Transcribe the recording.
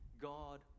God